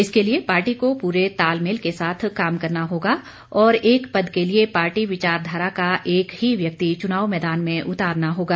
इसके लिए पार्टी को पूरे तालमेल के साथ काम करना होगा और एक पद के लिए पार्टी विचारधारा का एक ही व्यक्ति चुनाव मैदान में उतारना होगा